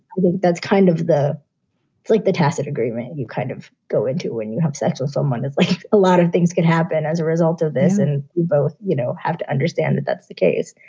i think that's kind of like the tacit agreement you kind of go into when you have sex with someone is like a lot of things can happen as a result of this. and you both you know have to understand that that's the case.